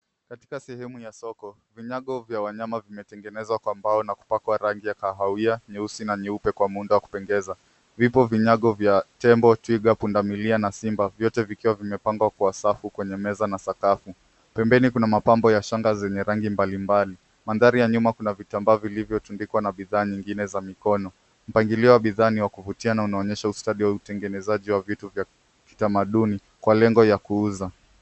Katika sehemu ya soko vinyago vya wanyama vimetengenezwa kwa mbao na kupakwa rangi ya kahawia, nyeusi na nyuepe kwa muundo wa kupendeza. Vipo vinyago vya tembo, twiga, pundamilia na simba, vyote vikiwa vimepangwa kwa safu kwenye meza na sakafu. Pembeni kuna mapambo ya shanga zenye rangi mbalimbali. Mandhari ya nyuma kuna vitambaa vilivyo tundikwa na bidhaa nyingine na za mikono. Mpangilio wa bidhaa ni wa kuvutia na unaonyesha ustadi wa utengenezaji wa vitu vya kitamaduni kwa lengo ya kuuza.